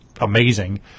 amazing